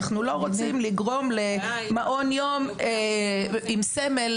אנחנו לא רוצים לגרום למעון יום עם סמל,